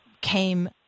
came